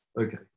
Okay